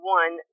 one